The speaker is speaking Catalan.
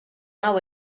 nou